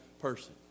person